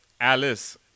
Alice